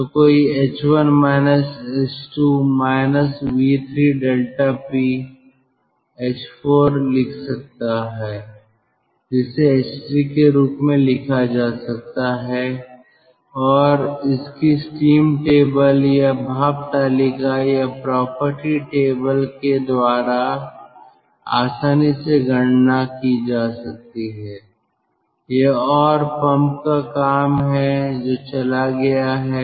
तो कोई h1 h2 v3 ∆p h4 लिख सकता है जिसे h3 के रूप में लिखा जा सकता है और इसकी स्टीम टेबल या भाप तालिका या प्रॉपर्टी टेबल के द्वारा आसानी से गणना की जा सकती है यह और पंप का काम है जो चला गया है